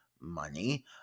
money